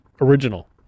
original